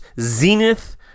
Zenith